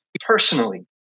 personally